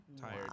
tired